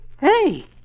Hey